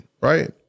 right